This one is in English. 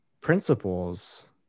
principles